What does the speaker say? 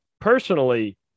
personally